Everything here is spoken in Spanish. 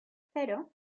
cero